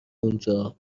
اونجا